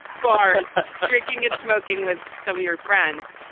bar drinking and smoking with some of your friends?